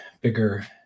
bigger